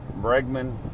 Bregman